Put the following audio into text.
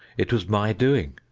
it was my doing.